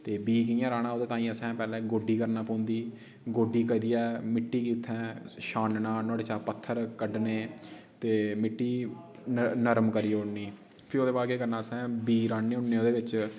ते बीऽ कियां राह्ना ओह्दे ताईं असें पैह्ले गोड्ढी करना पौंदी गोड्ढी करियै मिट्टी गी उत्थैं छानना नुहाड़े चा पत्थर कड्डने ते मिट्टी नरम करी ओड़नी फ्ही ओह्दे बाद केह् करना असें बीऽ राह्ने होन्ने ओह्दे बिच्च